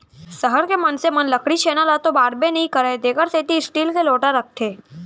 सहर के मनसे मन लकरी छेना ल तो बारबे नइ करयँ तेकर सेती स्टील के लोटा राखथें